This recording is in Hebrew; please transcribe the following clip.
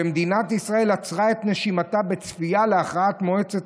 כשמדינת ישראל עצרה את נשימתה בציפייה להכרעת מועצת